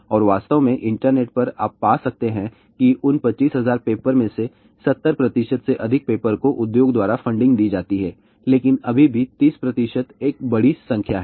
और वास्तव में इंटरनेट पर आप पा सकते हैं कि उन 25000 पेपर में से 70 से अधिक पेपर को उद्योग द्वारा फंडिंग दी जाती हैं लेकिन अभी भी 30 एक बड़ी संख्या है